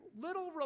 little